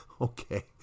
Okay